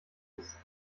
ist